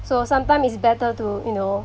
so sometimes it's better to you know